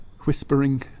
whispering